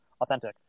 authentic